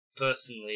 personally